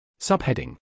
Subheading